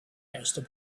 asked